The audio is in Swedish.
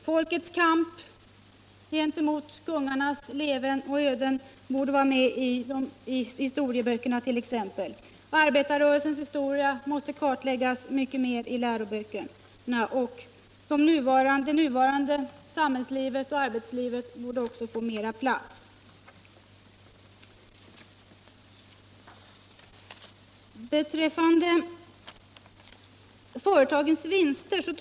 Folkets kamp borde mer än kungarnas leverne och öden vara med i historieböckerna, t.ex. arbetarrörelsens historia måste kartläggas mycket mer i läroböckerna. Nuvarande samhällsliv och arbetsliv borde också få mer plats.